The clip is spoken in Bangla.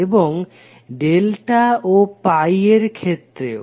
এবং ডেল্টা ও পাই এর ক্ষেত্রেও